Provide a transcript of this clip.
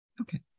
Okay